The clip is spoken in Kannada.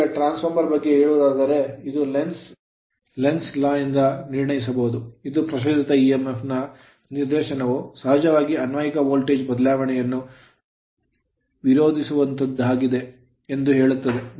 ಈಗ ಟ್ರಾನ್ಸ್ ಫಾರ್ಮರ್ ಬಗ್ಗೆ ಹೇಳುವುದಾದರೆ ಇದನ್ನು Lenz's law ಲೆನ್ಜ್ ನ ಕಾನೂನಿನಿಂದ ನಿರ್ಣಯಿಸಬಹುದು ಇದು ಪ್ರಚೋದಿತ EMF ನ ನಿರ್ದೇಶನವು ಸಹಜವಾಗಿ ಅನ್ವಯಿಕ ವೋಲ್ಟೇಜ್ ಬದಲಾವಣೆಯನ್ನು ವಿರೋಧಿಸುವಂತಹದ್ದಾಗಿದೆ ಎಂದು ಹೇಳುತ್ತದೆ